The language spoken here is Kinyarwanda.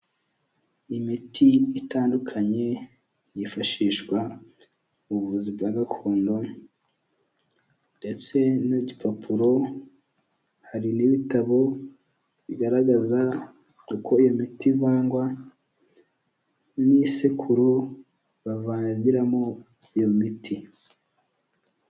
Imiti itandukanye, yifashishwa mu buvuzi bwa gakondo, ndetse n'igipapuro, hari n'ibitabo bigaragaza uko imiti ivangwa, n'isekuru bavangiramo iyo miti.